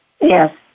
Yes